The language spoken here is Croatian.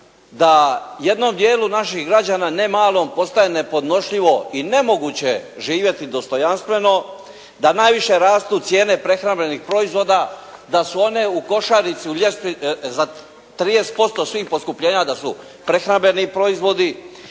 da jednom dijelu naših građana ne malom, postaje nepodnošljivo i nemoguće živjeti dostojanstveno, da najviše rastu cijene prehrambenih proizvoda, da su one u košarici u ljestvici za 30% svih poskupljenja, da su prehrambeni proizvodi,